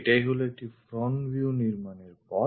এটাই হলো একটি front view নির্মাণের পথ